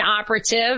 operative